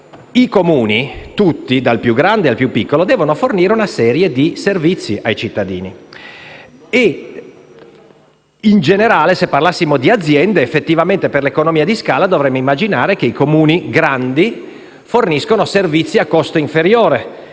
i Comuni tutti, dal più grande al più piccolo, devono fornire una serie di servizi ai cittadini. In generale, se parlassimo di aziende, effettivamente, per l'economia di scala, dovremmo immaginare che i Comuni grandi forniscano servizi a costo inferiore,